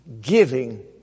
giving